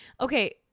Okay